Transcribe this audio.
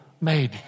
made